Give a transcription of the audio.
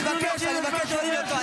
אני מבקש להוריד אותו.